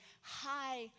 high